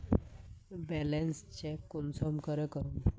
Balance check कुंसम करे करूम?